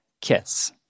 kiss